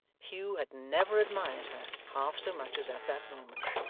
hugh had never admired her half so much as at that moment.